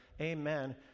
amen